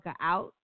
out